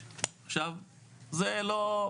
עכשיו, זה לא,